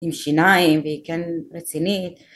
עם שיניים והיא כן רצינית